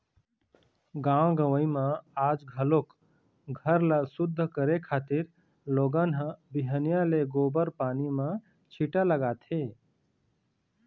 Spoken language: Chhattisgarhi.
गाँव गंवई म आज घलोक घर ल सुद्ध करे खातिर लोगन ह बिहनिया ले गोबर पानी म छीटा लगाथे